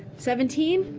seventeen?